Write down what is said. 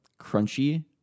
crunchy